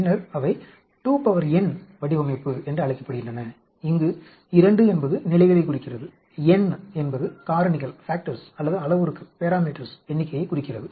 பின்னர் அவை 2n வடிவமைப்பு என்றும் அழைக்கப்படுகின்றன இங்கு 2 என்பது நிலைகளைக் குறிக்கிறது n என்பது காரணிகள் அல்லது அளவுருக்களின் எண்ணிக்கையைக் குறிக்கிறது